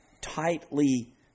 tightly